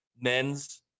men's